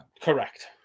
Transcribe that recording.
Correct